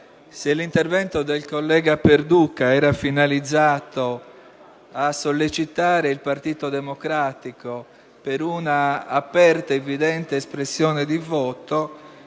se l'intervento del collega Perduca era finalizzato a sollecitare il Partito Democratico per una aperta, evidente espressione di voto,